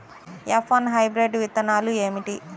F one hybrid విత్తనాలు ఏమిటి?